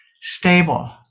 stable